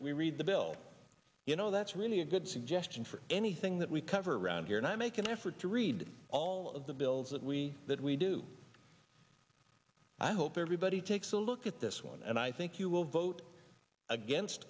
that we read the bill you know that's really a good suggestion for anything that we cover around here and i make an effort to read all of the bills that we that we do i hope everybody takes a look at this one and i think you will vote against